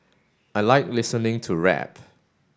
I like listening to rap